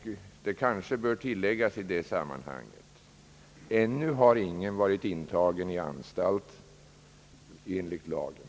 Det kanske bör tilläggas i det sammanhanget att ingen ännu har varit intagen på anstalt enligt lagen.